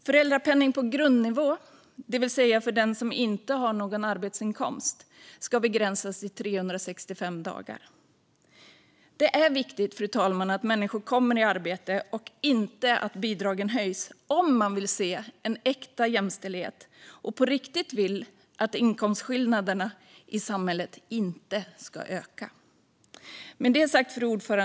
Föräldrapenningen på grundnivå, det vill säga för den som inte har någon arbetsinkomst, ska begränsas till 365 dagar. Fru talman! Om man vill se äkta jämställdhet och på riktigt vill att inkomstskillnaderna i samhället inte ska öka är det viktigt att människor kommer i arbete, inte att bidragen höjs. Fru talman!